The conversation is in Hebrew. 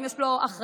האם יש לו אחריות